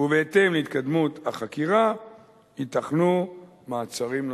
ובהתאם להתקדמות החקירה ייתכנו מעצרים נוספים.